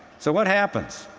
so what happens?